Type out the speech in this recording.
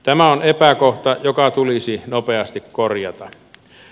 tämä on epäkohta joka tulisi nopeasti korjata